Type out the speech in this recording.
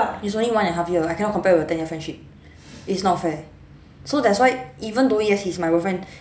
it's only one and a half year I cannot compare with a ten year friendship it's not fair so that's why even though yes he's my boyfriend